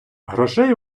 грошей